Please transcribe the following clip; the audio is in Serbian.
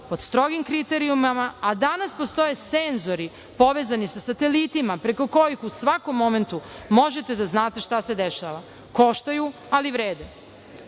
pod strogim kriterijumima, a danas postoje senzori povezani sa satelitima preko kojih u svakom momentu možete da znate šta se dešava, koštaju, ali vrede,